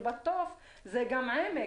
אל-בטוף זה גם העמק,